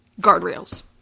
Guardrails